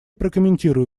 прокомментирую